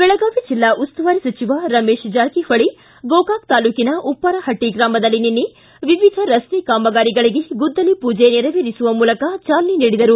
ಬೆಳಗಾವಿ ಜಿಲ್ಲಾ ಉಸ್ತುವಾರಿ ಸಚಿವ ರಮೇಶ್ ಜಾರಕಿಹೊಳಿ ಗೋಕಾಕ್ ತಾಲೂಕಿನ ಉಪ್ಪಾರಹಟ್ಟಿ ಗ್ರಾಮದಲ್ಲಿ ನಿನ್ನೆ ವಿವಿಧ ರಸ್ತೆ ಕಾಮಗಾರಿಗಳಿಗೆ ಗುದ್ದಲಿ ಪೂಜೆ ನೆರವೇರಿಸುವ ಮೂಲಕ ಚಾಲನೆ ನೀಡಿದರು